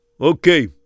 Okay